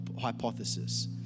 hypothesis